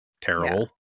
terrible